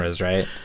right